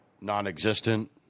non-existent